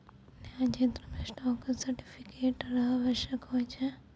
न्याय क्षेत्रो मे स्टॉक सर्टिफिकेट र आवश्यकता होय छै